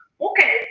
Okay